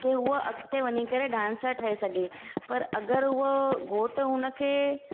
की उहा अॻिते वञी करे डांसर ठही सघे पर अगरि उहो घोट उनखे